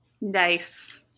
Nice